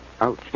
Ouch